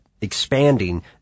expanding